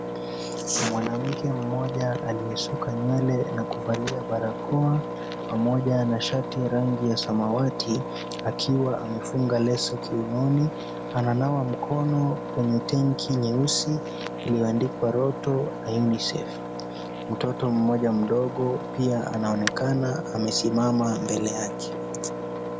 Mwanamke mmoja aliyesuka nywele na kuvalia barakoa pamoja na shati rangi ya samawati akiwa amefunga leso kiunoni ananawa mkono kwenye tenki nyeusi lililoandikwa rotto na unicef. Mtoto mmoja mdogo pia anaonekana amesimama mbele yake.